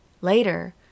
Later